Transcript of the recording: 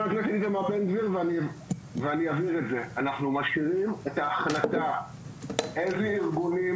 אנחנו משאירים את ההחלטה איזה ארגונים